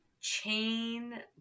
chain